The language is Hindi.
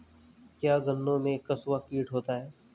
क्या गन्नों में कंसुआ कीट होता है?